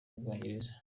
bwongereza